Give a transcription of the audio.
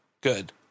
Good